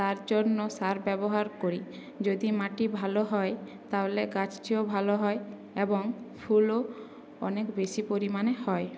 তার জন্য সার ব্যবহার করি যদি মাটি ভালো হয় তাহলে গাছটিও ভালো হয় এবং ফুলও অনেক বেশি পরিমাণে হয়